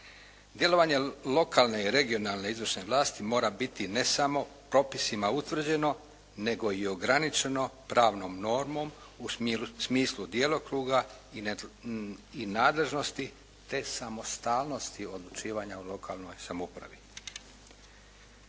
Djelovanje lokalne i regionalne izvršne vlasti mora biti ne samo propisima utvrđeno, nego i ograničeno pravnom normom u smislu djelokruga i nadležnosti, te samostalnosti odlučivanja u lokalnoj samoupravi.